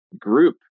group